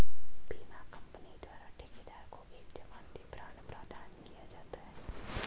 बीमा कंपनी द्वारा ठेकेदार को एक जमानती बांड प्रदान किया जाता है